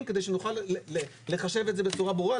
כדי שנוכל לחשב את זה בצורה ברורה.